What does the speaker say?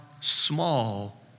small